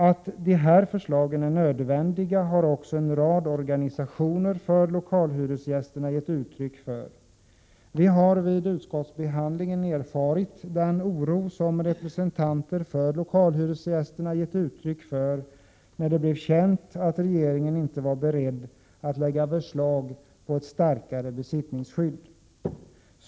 Att dessa förslag är nödvändiga har också en rad organisationer för lokalhyresgästerna gett uttryck för. Vi har vid utskottsbehandlingen erfarit den oro som representanter för lokalhyresgästerna gett uttryck för när det blev känt att regeringen inte var beredd att lägga fram förslag om ett starkare besittningsskydd.